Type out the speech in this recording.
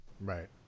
Right